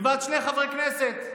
מלבד שני חברי כנסת.